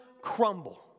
crumble